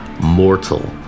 mortal